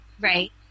Right